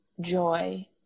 joy